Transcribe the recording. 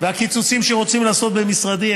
הקיצוצים שרוצים לעשות במשרדי,